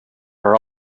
are